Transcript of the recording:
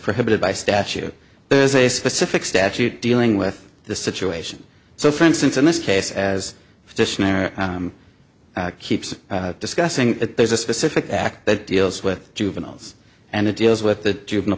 prohibited by statute there's a specific statute dealing with the situation so for instance in this case as a physician or keeps discussing it there's a specific act that deals with juveniles and it deals with the juvenile